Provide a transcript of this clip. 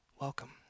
welcome